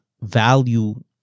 value